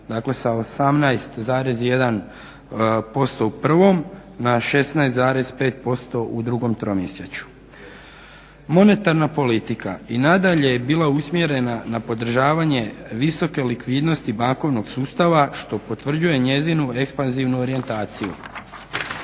dakle sa 18,1% u 1.na 16,5% u 2. Tromjesečju. Monetarna politika i nadalje je bila usmjerena na podržavanje visoke likvidnosti bankovnog sustava što potvrđuje njezinu ekspanzivnu orijentaciju.